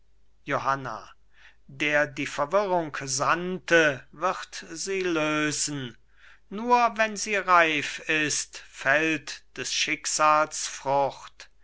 johanna der die verwirrung sandte wird sie lösen nur wenn sie reif ist fällt des schicksals frucht